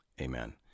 Amen